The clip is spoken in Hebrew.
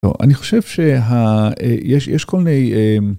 לא אני חושב שה... יש יש כל מיני.